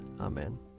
Amen